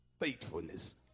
faithfulness